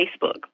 Facebook